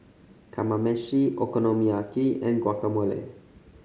Kamameshi Okonomiyaki and Guacamole